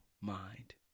mind